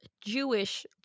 Jewish